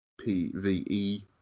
PvE